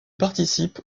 participe